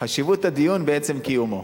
שחשיבות הדיון היא בעצם קיומו.